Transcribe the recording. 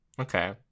Okay